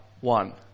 one